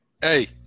Hey